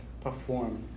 perform